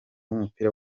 w’umupira